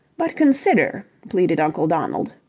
but, consider! pleaded uncle donald,